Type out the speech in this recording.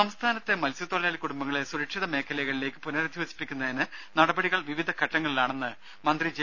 ദര സംസ്ഥാനത്തെ മത്സ്യത്തൊഴിലാളി കുടുംബങ്ങളെ സുരക്ഷിത മേഖലയിലേക്ക് പുനരധിവസിപ്പിക്കുന്നതിനുള്ള നടപടികൾ വിവിധ ഘട്ടങ്ങളിലാണെന്ന് മന്ത്രി ജെ